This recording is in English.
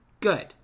good